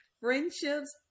friendships